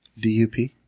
DUP